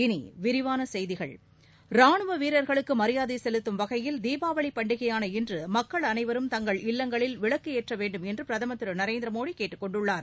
இனி விரிவான செய்திகள் ராணுவ வீரர்களுக்கு மரியாதை செலுத்தும் வகையில் தீபாவளி பண்டிகையான இன்று மக்கள் அளைவரும் தங்கள் இல்லங்களில் விளக்கு ஏற்ற வேண்டும் என்று பிரதமர் திரு நரேந்திர மோடி கேட்டுக்கொண்டுள்ளார்